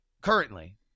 Currently